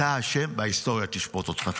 אתה אשם וההיסטוריה תשפוט אותך.